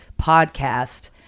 podcast